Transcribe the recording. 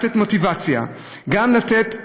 גם לתת מוטיבציה,